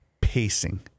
Pacing